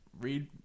read